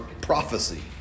prophecy